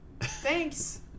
thanks